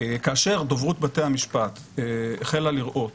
כאשר דוברות בתי המשפט החלה לראות